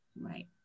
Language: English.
Right